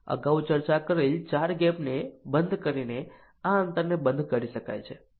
અગાઉ ચર્ચા કરેલ 4 ગેપને બંધ કરીને આ અંતરને બંધ કરી શકાય છે